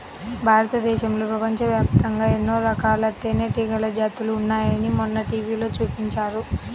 భారతదేశంలో, ప్రపంచవ్యాప్తంగా ఎన్నో రకాల తేనెటీగల జాతులు ఉన్నాయని మొన్న టీవీలో చూపించారు